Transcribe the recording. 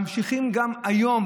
ממשיכים גם היום,